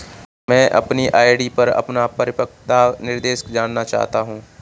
मैं अपनी आर.डी पर अपना परिपक्वता निर्देश जानना चाहता हूँ